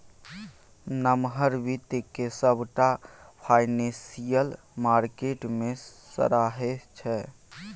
नमहर बित्त केँ सबटा फाइनेंशियल मार्केट मे सराहै छै